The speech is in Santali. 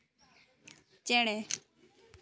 ᱪᱮᱬᱮ